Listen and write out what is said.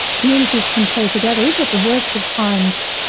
communities can pull together, even at the worst of times,